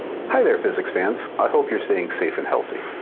hi there, physics fans. i hope you are staying safe and healthy.